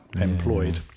employed